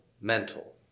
mental